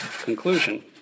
conclusion